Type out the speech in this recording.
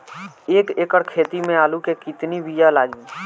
एक एकड़ खेती में आलू के कितनी विया लागी?